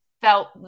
felt